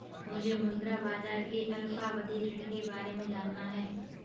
मुझे मुद्रा बाजार के अल्पावधि ऋण के बारे में जानना है